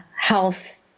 health